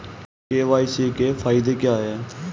KYC के फायदे क्या है?